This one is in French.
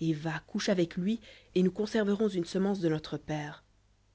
et va couche avec lui et nous conserverons une semence de notre père